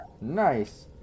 Nice